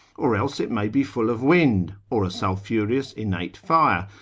or else it may be full of wind, or a sulphureous innate fire,